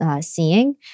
Seeing